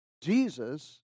Jesus